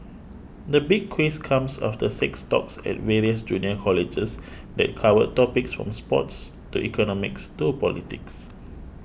the Big Quiz comes after six talks at various junior colleges that covered topics from sports to economics to politics